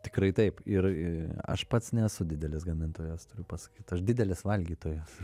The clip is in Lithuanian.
tikrai taip ir aš pats nesu didelis gamintojas turiu pasakyt aš didelis valgytojas